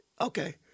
Okay